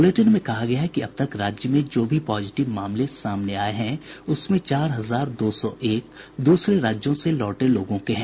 bulletin में कहा गया है कि अब तक राज्य में जो भी पॉजिटिव मामले सामने आये हैं उसमें चार हजार दो सौ एक दूसरे राज्यों से लौटे लोगों के हैं